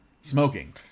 smoking